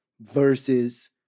versus